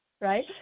Right